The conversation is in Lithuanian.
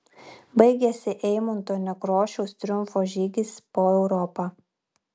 baigėsi eimunto nekrošiaus triumfo žygis po europą